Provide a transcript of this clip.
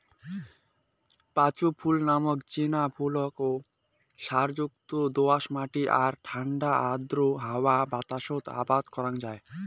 পাঁচু ফুল নামক চিনা ফুলক সারযুত দো আঁশ মাটি আর ঠান্ডা ও আর্দ্র হাওয়া বাতাসত আবাদ করাং যাই